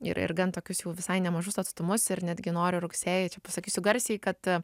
ir ir gan tokius jau visai nemažus atstumus ir netgi noriu rugsėjį čia pasakysiu garsiai kad